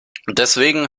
deswegen